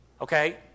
Okay